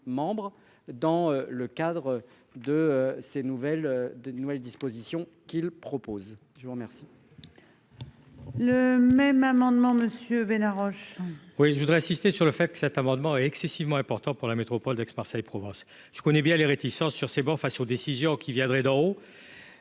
dans le cadre de ses nouvelles, de nouvelles dispositions qu'il propose. Je vous remercie.